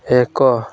ଏକ